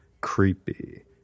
creepy